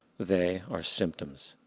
they are symptoms.